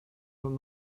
from